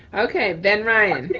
okay then ryan.